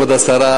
כבוד השרה,